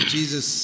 Jesus